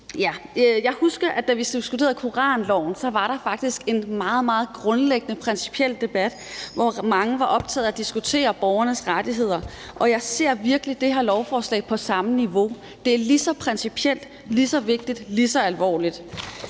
Jeg husker, at da vi diskuterede koranloven, var der faktisk en meget, meget grundlæggende og principiel debat, hvor mange var optaget af at diskutere borgernes rettigheder, og jeg ser virkelig det her lovforslag som værende på samme niveau; det er lige så principielt, lige så vigtigt og lige så alvorligt.